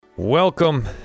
Welcome